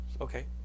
okay